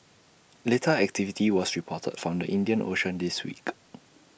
little activity was reported from the Indian ocean this week